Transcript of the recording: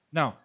Now